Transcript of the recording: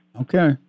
Okay